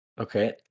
Okay